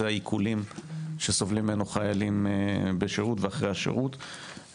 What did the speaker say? העיקולים שסובלים ממנו חיילים בשירות ואחרי השירות.